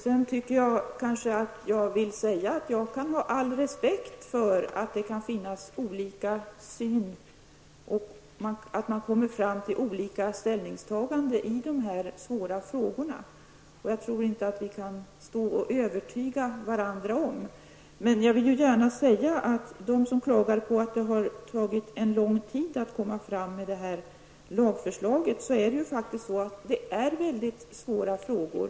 Jag vill gärna säga att jag kan ha all respekt för att det kan finnas olika syn och att man kan komma fram till olika ställningstaganden i dessa svåra frågor som jag inte tror att vi kan övertyga varandra om. Men jag vill också säga till dem som klagar på att det har tagit lång tid att komma fram till ett lagförslag att det faktiskt är väldigt svåra frågor.